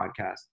podcast